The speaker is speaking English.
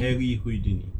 harry houdini